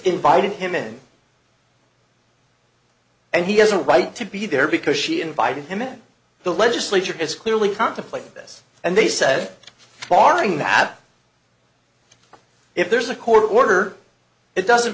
invited him in and he has a right to be there because she invited him and the legislature has clearly contemplated this and they said barring the app if there's a court order it doesn't